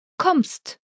Kommst